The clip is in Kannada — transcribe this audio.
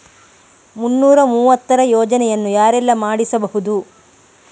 ಮುನ್ನೂರ ಮೂವತ್ತರ ಯೋಜನೆಯನ್ನು ಯಾರೆಲ್ಲ ಮಾಡಿಸಬಹುದು?